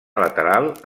lateral